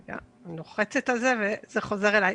אני לוחצת על זה, וזה חוזר אלי.